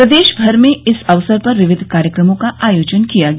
प्रदेशभर में इस अवसर पर विविध कार्यक्रमों का आयोजन किया गया